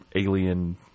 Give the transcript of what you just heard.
alien